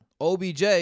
OBJ